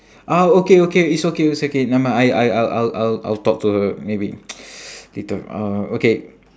uh okay okay it's okay it's okay nevermind I I I'll I'll I'll I'll talk to her maybe later uh okay